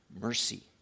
mercy